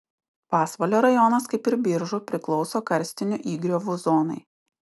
pasvalio rajonas kaip ir biržų priklauso karstinių įgriovų zonai